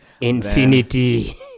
Infinity